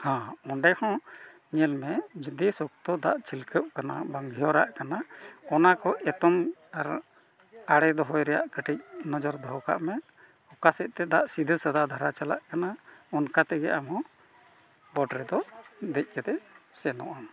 ᱦᱮᱸ ᱚᱸᱰᱮ ᱦᱚᱸ ᱧᱮᱞ ᱢᱮ ᱡᱩᱫᱤ ᱥᱚᱠᱛᱚ ᱫᱟᱜ ᱪᱷᱤᱞᱠᱟᱹᱜ ᱠᱟᱱᱟ ᱵᱟᱝ ᱜᱷᱮᱣᱨᱟᱜ ᱠᱟᱱᱟ ᱚᱱᱟ ᱠᱚ ᱮᱛᱚᱢ ᱟᱨ ᱟᱲᱮ ᱫᱚᱦᱚᱭ ᱨᱮᱭᱟᱜ ᱠᱟᱹᱴᱤᱡ ᱱᱚᱡᱚᱨ ᱫᱚᱦᱚ ᱠᱟᱜ ᱢᱮ ᱚᱠᱟ ᱥᱮᱫ ᱛᱮ ᱫᱟᱜ ᱥᱤᱫᱷᱟᱹ ᱥᱟᱫᱷᱟ ᱫᱷᱟᱨᱟ ᱪᱟᱞᱟᱜ ᱠᱟᱱᱟ ᱚᱱᱠᱟ ᱛᱮᱜᱮ ᱟᱢ ᱦᱚᱸ ᱵᱳᱰ ᱨᱮᱫᱚ ᱫᱮᱡ ᱠᱟᱛᱮ ᱥᱮᱱᱚᱜ ᱟᱢ